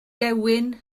gewyn